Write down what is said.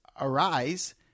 Arise